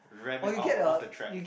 ram it out of the track